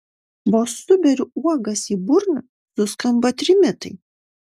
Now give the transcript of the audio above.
vos suberiu uogas į burną suskamba trimitai